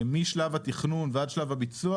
משלב התכנון ועד שלב הביצוע,